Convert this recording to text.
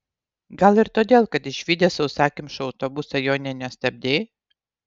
gal ir todėl kad išvydęs sausakimšą autobusą jo nė nestabdei